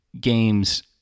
games